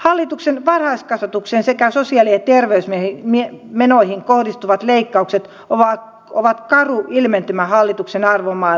hallituksen varhaiskasvatukseen sekä sosiaali ja terveysmenoihin kohdistuvat leikkaukset ovat karu ilmentymä hallituksen arvomaailmasta